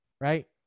Right